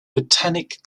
botanic